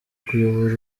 kuyobora